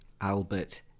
Albert